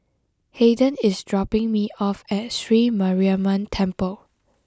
Hayden is dropping me off at Sri Mariamman Temple